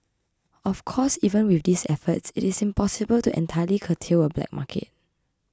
of course even with these efforts it is impossible to entirely curtail a black market